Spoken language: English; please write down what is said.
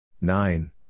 Nine